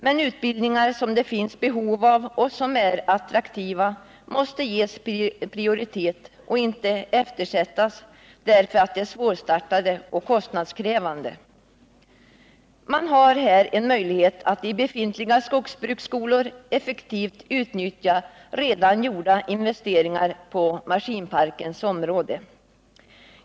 Men utbildningar som det finns behov av och som är attraktiva måste ges prioritet och får inte eftersättas därför att de är svårstartade och kostnadskrävande. Man har här en möjlighet att i befintliga skogsbruksskolor effektivt utnyttja redan gjorda investeringar på maskinparkens område.